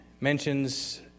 mentions